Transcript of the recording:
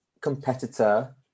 competitor